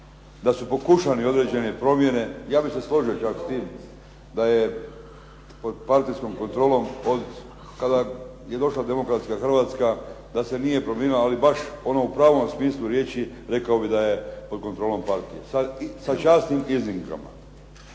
da su pokušane određene promjene. Ja bih se složio čak s tim da je pod …/Govornik se ne razumije./… kontrolom od kada je došla demokratska Hrvatska da se nije promijenila, ali baš ono u pravom smislu riječi rekao bih da je pod kontrolom partije, sa časnim iznimkama.